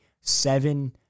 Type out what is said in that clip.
seven